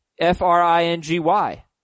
F-R-I-N-G-Y